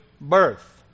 birth